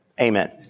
Amen